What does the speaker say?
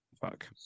Fuck